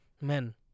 men